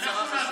יש שרה חשובה.